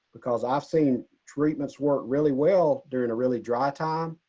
because i've seen treatments worked really well during a really dry time,